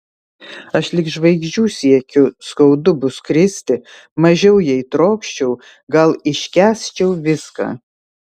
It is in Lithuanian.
aš lig žvaigždžių siekiu skaudu bus kristi mažiau jei trokščiau gal iškęsčiau viską